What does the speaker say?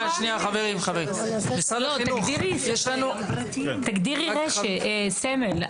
יש לנו --- תגדירי סמל.